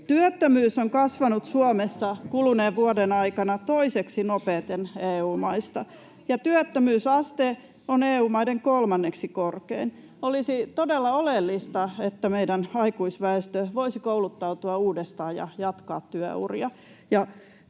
Työttömyys on kasvanut Suomessa kuluneen vuoden aikana toiseksi nopeiten EU-maista, ja työttömyysaste on EU-maiden kolmanneksi korkein. Olisi todella oleellista, että meidän aikuisväestö voisi kouluttautua uudestaan ja jatkaa työuria.